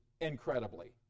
incredibly